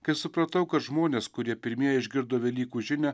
kai supratau kad žmonės kurie pirmieji išgirdo velykų žinią